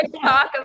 talk